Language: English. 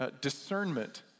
discernment